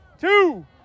two